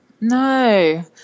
No